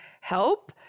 help